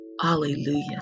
Hallelujah